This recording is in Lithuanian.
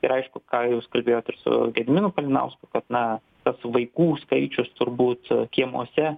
ir aišku ką jūs kalbėjot ir su gediminu kalinausku kad na tas vaikų skaičius turbūt kiemuose